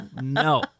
No